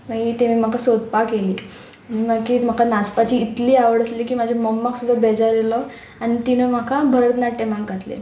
मागीर तेमी म्हाका सोदपाक येयली आनी मागीर म्हाका नाचपाची इतली आवड आसली की म्हाज्या मम्माक सुद्दां बेजार येयलो आनी तिणें म्हाका भरतनाट्यमाक घातलें